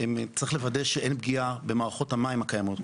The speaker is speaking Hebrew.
צריך לוודא שאין פגיעה במערכות המים הקיימות.